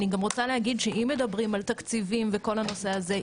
אני גם רוצה להגיד שאם מדברים על תקציבים וכל הנושא הזה,